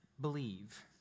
Believe